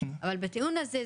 אבל הטיעון הזה,